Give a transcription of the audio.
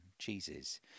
cheeses